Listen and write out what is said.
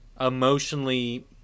emotionally